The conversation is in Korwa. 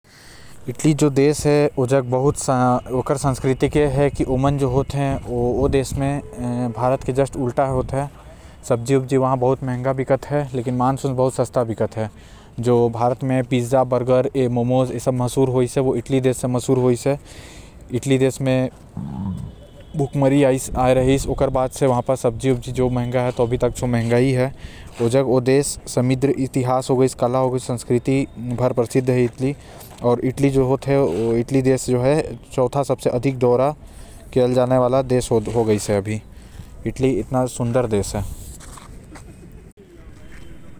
इटली जो देश है ओ भारत के संस्कृति से उल्टा चलते जैसे सब्जी बहुत महंगा बिकते आऊ मांस हर वहां सस्ता रहते जो गरीब मन के सहारा रहते देखने के बात हे कि एकर उल्टा होना चाही। इटली देश म एक बार भुखमरी आए रहीस त सब्जी जो महंगा हो गए रहीस ओ अभी तक महंगा हे।